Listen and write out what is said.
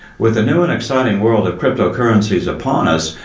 with the new and exciting world of crypto currencies upon us,